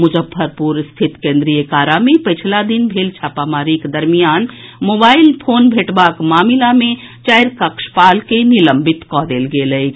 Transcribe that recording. मुजफ्फरपुर स्थित केंद्रीय कारा मे पछिला दिन भेल छापमारीक दरमियान मोबाईल फोन भेटबाक मामिला मे चारि कक्षपाल के निलंबित कऽ देल गेल अछि